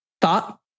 thought